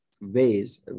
ways